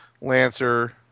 lancer